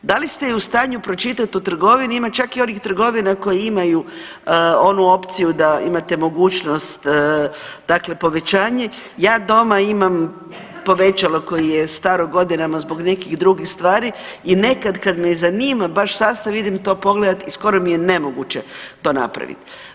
Da li ste je u stanju pročitati u trgovini, ima čak i onih trgovina koje imaju onu opciju da imate mogućnost dakle povećanje, ja doma imam povećalo koje je staro godina zbog nekih drugih stvari i nekad kad me zanima baš sastav idem to pogledati i skoro mi je nemoguće to napraviti.